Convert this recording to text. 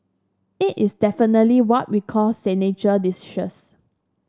it is definitely what we call signature